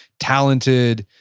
talented,